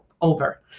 over